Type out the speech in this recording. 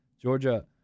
Georgia